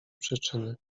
przyczyny